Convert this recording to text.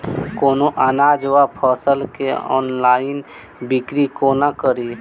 कोनों अनाज वा फसल केँ ऑनलाइन बिक्री कोना कड़ी?